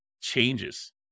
changes